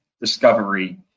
discovery